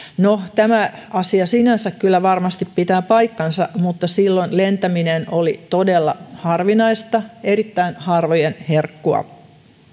no tämä asia sinänsä kyllä varmasti pitää paikkansa mutta silloin lentäminen oli todella harvinaista erittäin harvojen herkkua